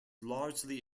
largely